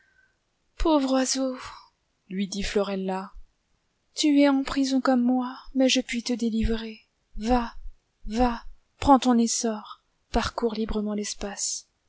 pauvre oiseau lui dit florella tu es en prison comme moi mais je puis te délivrer va va prends ton essor parcours librement l'espace